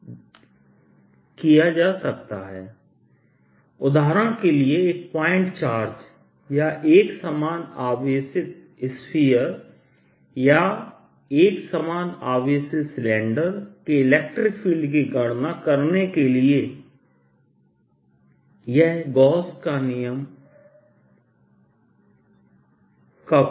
Er0 और Er0 उदाहरण के लिए एक पॉइंट चार्ज या एकसमान आवेशित स्फीयर या एकसमान आवेशित सिलेंडर के इलेक्ट्रिक फील्ड की गणना करने के लिए यह गॉस का नियमGauss's Law का प्रयोग कर सकते हैं